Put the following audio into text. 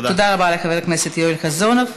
תודה רבה לחבר הכנסת יואל רזבוזוב.